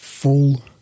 Full